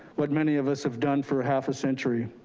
what many of us have done for half a century.